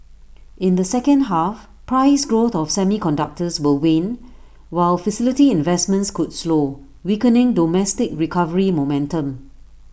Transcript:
in the second half price growth of semiconductors will wane while facility investments could slow weakening domestic recovery momentum